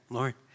Lauren